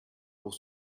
pour